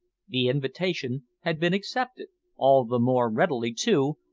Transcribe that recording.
the invitation had been accepted, all the more readily, too,